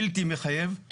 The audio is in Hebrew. בלתי מחייב,